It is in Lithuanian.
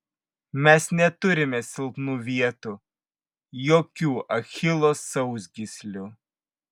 mes neturime silpnų vietų jokių achilo sausgyslių